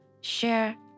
share